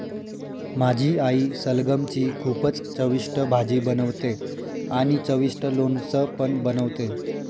माझी आई सलगम ची खूपच चविष्ट भाजी बनवते आणि चविष्ट लोणचं पण बनवते